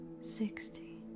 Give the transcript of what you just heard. Sixty